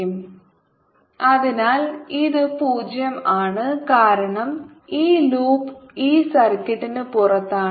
3IRI20 അതിനാൽ ഇത് 0 ആണ് കാരണം ഈ ലൂപ്പ് ഈ സർക്യൂട്ടിന് പുറത്താണ്